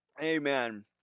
Amen